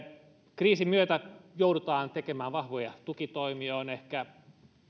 kriisin myötä joudutaan tekemään vahvoja tukitoimia ja on ehkä